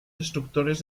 destructores